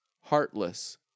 heartless